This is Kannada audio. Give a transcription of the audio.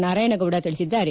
ನಾರಾಯಣಗೌಡ ತಿಳಿಸಿದ್ದಾರೆ